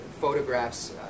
photographs